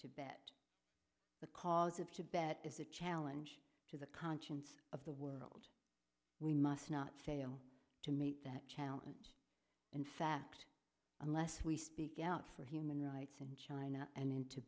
tibet because of tibet is a challenge to the conscience of the world we must not fail to meet that challenge in fact unless we speak out for human rights in china and in